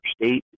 state